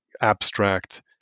abstract